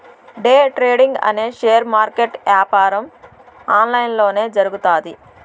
day trading అనే share market యాపారం online లొనే జరుగుతాది